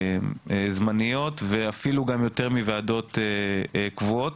מהוועדות הזמניות ואפילו גם יותר מוועדות קבועות.